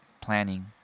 Planning